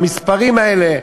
במספרים האלה,